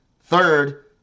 third